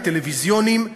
הטלוויזיוניים,